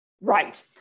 Right